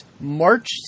March